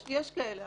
יש כאלה.